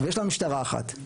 ויש לנו משטרה אחת.